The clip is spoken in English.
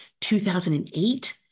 2008